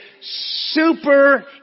super